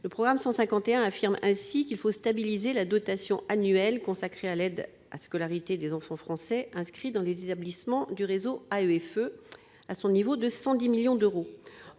Le programme 151 affirme ainsi qu'il faut stabiliser la dotation annuelle consacrée à l'aide à la scolarité des enfants français inscrits dans les établissements du réseau de l'AEFE à son niveau de 110 millions d'euros.